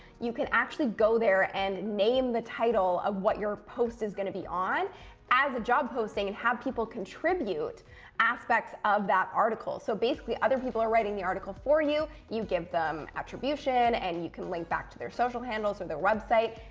you can actually go there and name the title of what your post is going to be on as a job posting, and have people contribute aspects of that article. so basically, other people are writing the article for you, you give them attribution and you can link back to their social handles or their website,